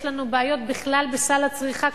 יש לנו בעיות בכלל בסל הצריכה.